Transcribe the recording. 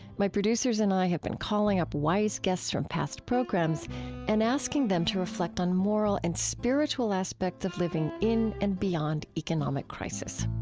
my producers and i have been calling up wise guests from past programs and asking them to reflect on moral and spiritual aspects of living in and beyond economic crisis